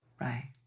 Right